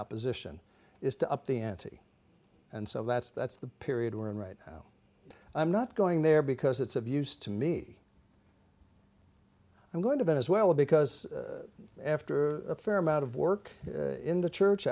opposition is to up the ante and so that's that's the period we're in right now i'm not going there because it's of use to me i'm going to venezuela because after a fair amount of work in the church